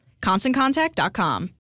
ConstantContact.com